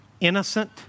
innocent